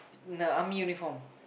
in the army uniform